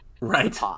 right